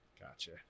Gotcha